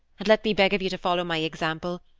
and let me beg of you to follow my example,